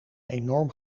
enorm